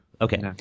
Okay